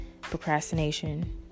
procrastination